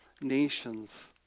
nations